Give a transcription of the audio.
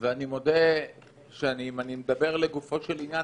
ואני מודה שאם אני מדבר לגופו של עניין,